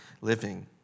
living